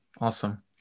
Awesome